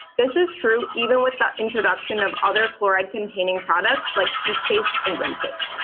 this is true even with the introduction of other fluoride containing products like toothpastes and rinses.